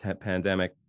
pandemic